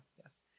Yes